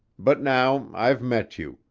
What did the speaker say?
but now i've met you,